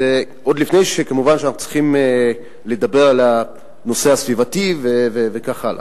זה כמובן עוד לפני שאנחנו צריכים לדבר על הנושא הסביבתי וכך הלאה.